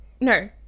No